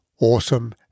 awesome